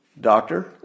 Doctor